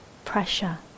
pressure